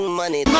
money